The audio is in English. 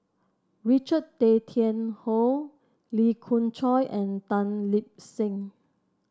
Richard Tay Tian Hoe Lee Khoon Choy and Tan Lip Seng